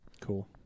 Cool